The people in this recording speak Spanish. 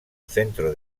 centro